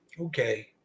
okay